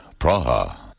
Praha